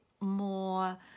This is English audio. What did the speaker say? more